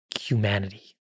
humanity